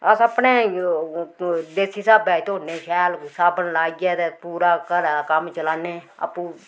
अस अपनै ई देसी स्हाबै धोन्ने शैल साबन लाइयै ते पूरा घरै दा कम्म चलान्ने आपूं